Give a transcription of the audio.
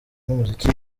n’umuziki